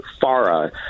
FARA